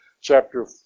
chapter